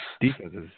defenses